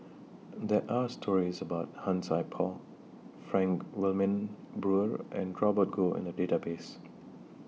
There Are stories about Han Sai Por Frank Wilmin Brewer and Robert Goh in The Database